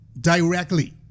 directly